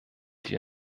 die